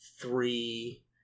three